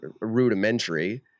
rudimentary